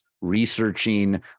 researching